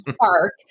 Park